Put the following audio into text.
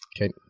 Okay